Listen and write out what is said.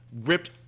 ripped